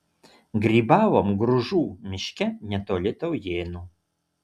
grybavom gružų miške netoli taujėnų